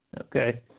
Okay